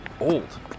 old